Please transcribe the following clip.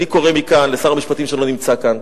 אני קורא מכאן לשר המשפטים שלא נמצא כאן,